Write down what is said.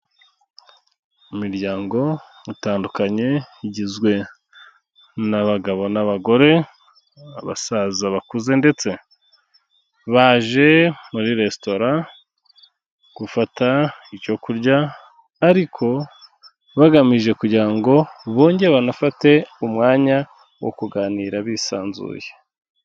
Imiryango itandukanye igizwe n'abagabo n'abagore, abasaza bakuze ndetse baje muri resitora gufata icyo kurya, ariko bagamije kugira ngo bongere banafate umwanya wo kuganira bisanzuye.